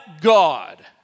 God